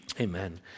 Amen